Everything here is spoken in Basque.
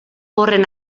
horren